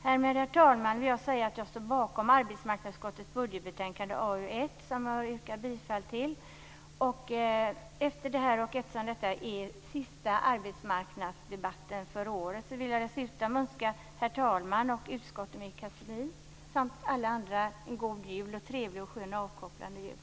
Härmed, herr talman, vill jag säga att jag står bakom arbetsmarknadsutskottet budgetbetänkande AU1. Jag yrkar alltså bifall till utskottets förslag i betänkandet. Eftersom det är vår sista arbetsmarknadsdebatt för året vill jag önska herr talmannen och utskottet med kansli liksom alla andra en god jul, en trevlig, skön och avkopplande jul.